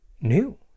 new